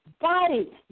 body